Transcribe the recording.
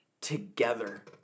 together